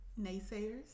naysayers